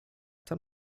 tam